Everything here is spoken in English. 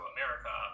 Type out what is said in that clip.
America